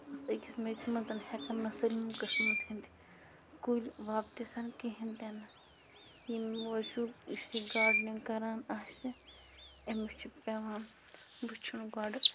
أکِس میٚژِ منٛز ہٮ۪کان نہٕ سٲلِم قٕسمَن ہٕنٛدۍ کُلۍ وۄپدِتھ کِہیٖنٛۍ تہِ نہٕ ییٚمہِ موٗجوٗب یُس یہِ گاڈنِنٛگ کَران آسہِ أمِس چھُ پٮ۪وان وُچھُن گۄڈٕ